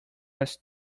was